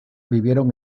vivieron